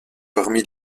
parmi